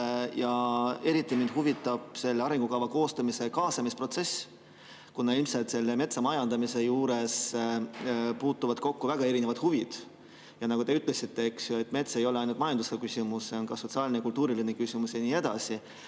Eriti huvitab mind selle arengukava koostamise kaasamisprotsess, kuna ilmselt puutuvad metsamajandamise juures kokku väga erinevad huvid. Nagu te ütlesite, eks ju, mets ei ole ainult majandusküsimus, see on ka sotsiaalne ja kultuuriline küsimus ja nii edasi.